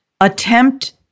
attempt